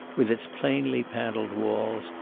with its plainly paneled walls,